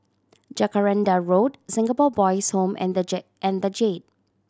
Jacaranda Road Singapore Boys' Home and the and The Jade